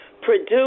produce